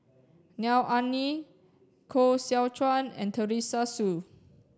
Neo Anngee Koh Seow Chuan and Teresa Hsu